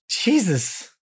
Jesus